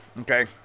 okay